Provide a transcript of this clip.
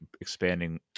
expanding